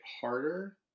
harder